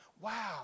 Wow